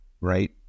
right